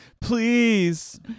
please